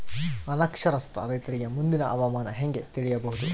ಅನಕ್ಷರಸ್ಥ ರೈತರಿಗೆ ಮುಂದಿನ ಹವಾಮಾನ ಹೆಂಗೆ ತಿಳಿಯಬಹುದು?